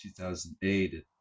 2008